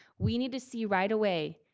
we need to see right away,